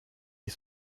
est